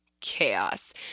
chaos